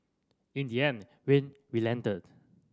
in the end Wayne relented